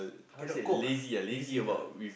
cannot cope ah lazy lah